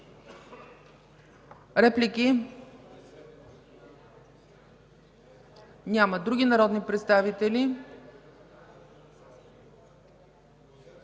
Реплики? Няма. Други народни представители?